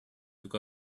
took